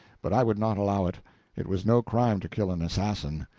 but i would not allow it it was no crime to kill an assassin.